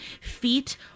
feet